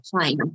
China